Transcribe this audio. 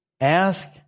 ask